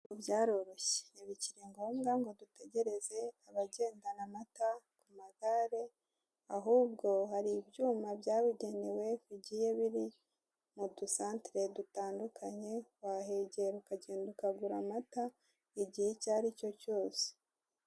Ubu byaroroshye ntibikiri ngombwa ngo dutegereze abagendana amata ku magare, ahubwo hari ibyuma byabugenewe bigiye biri mu dusantere dutandukanye, wahegera ukagenda ukagura amata, igihe icyo ari cyo cyose.